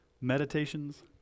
meditations